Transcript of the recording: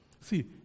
See